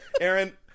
Aaron